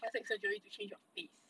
plastic surgery to change your face